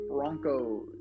Broncos